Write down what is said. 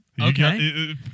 Okay